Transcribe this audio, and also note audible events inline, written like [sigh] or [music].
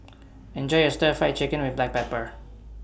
Enjoy your Stir Fry Chicken with Black [noise] Pepper